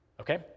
Okay